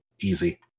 easy